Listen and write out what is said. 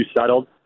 settled